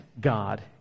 God